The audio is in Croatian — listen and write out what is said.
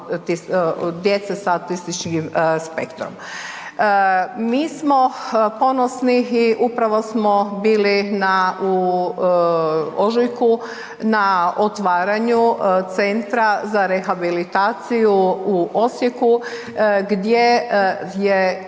djece za autističnim spektrom. Mi smo ponosni i upravo smo bili na u ožujku na otvaranju Centra za rehabilitaciju u Osijeku gdje je